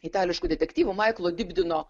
itališkų detektyvų maiklo dibdino